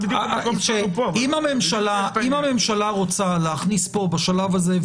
אם הממשלה רוצה להכניס פה בשלב הזה,